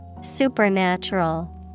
Supernatural